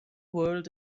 world